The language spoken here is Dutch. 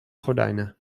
gordijnen